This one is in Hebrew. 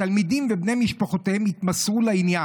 התלמידים ובני משפחותיהם התמסרו לעניין,